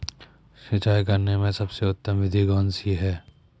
सिंचाई करने में सबसे उत्तम विधि कौन सी है?